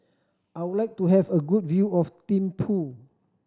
I would like to have a good view of Thimphu